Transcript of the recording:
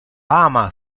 ama